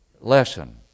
lesson